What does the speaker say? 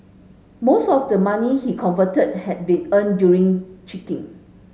most of the money he converted had been earned during cheating